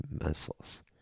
muscles